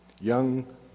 young